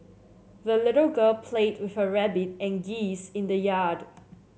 the little girl played with her rabbit and geese in the yard